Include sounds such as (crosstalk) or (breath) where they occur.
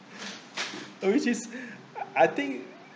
which is (breath) I think